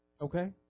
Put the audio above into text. Okay